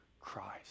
Christ